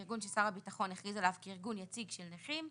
ארגון ששר הביטחון הכריז עליו כארגון יציג של נכים,